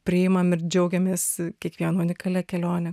priimame ir džiaugiamės kiekvieno unikalia kelione